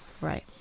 Right